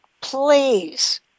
please